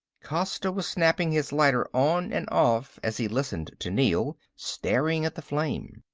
costa was snapping his lighter on and off as he listened to neel, staring at the flame.